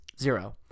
zero